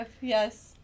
yes